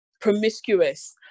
promiscuous